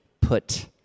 put